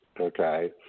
Okay